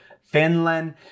Finland